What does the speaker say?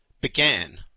began